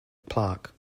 plaque